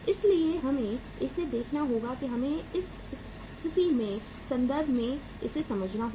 इसलिए हमें इसे देखना होगा और हमें इस स्थिति के संदर्भ में इसे समझना होगा